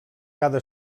cada